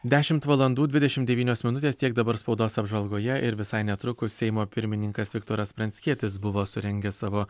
dešimt valandų dvidešimt devynios minutės tiek dabar spaudos apžvalgoje ir visai netrukus seimo pirmininkas viktoras pranckietis buvo surengęs savo